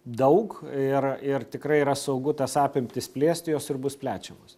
daug ir ir tikrai yra saugu tas apimtis plėsti jos ir bus plečiamos